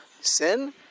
sin